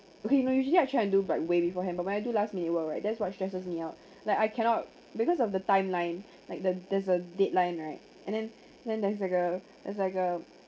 okay you know usually I try and do but way beforehand but where do last minute work right that's what stresses me out like I cannot because of the timeline like the there's a deadline right and then then there's like a there's like a